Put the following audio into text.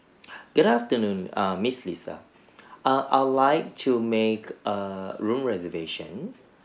good afternoon err miss lisa err I would like to make err room reservations